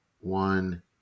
one